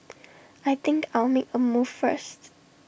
I think I'll make A move first